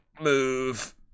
move